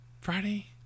friday